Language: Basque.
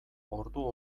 ordu